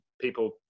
people